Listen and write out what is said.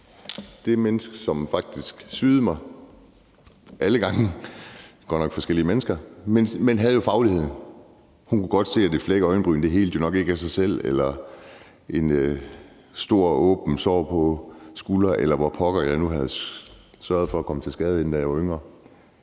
det. Det menneske, som faktisk syede mig alle gangene – godt nok forskellige mennesker – havde jo fagligheden. Hun kunne godt se, at det flækkede øjenbryn jo nok ikke helede af sig selv og heller ikke et stort åbent sår på skulderen, eller hvor pokker jeg nu havde sørget for at komme til skade henne, da jeg var yngre.